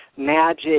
magic